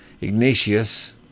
Ignatius